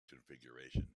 configuration